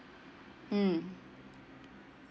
mm